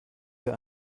wir